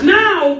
now